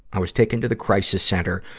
i was taken to the crisis center,